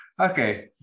Okay